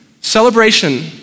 celebration